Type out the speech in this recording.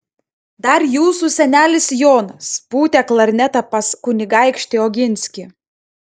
dar jūsų senelis jonas pūtė klarnetą pas kunigaikštį oginskį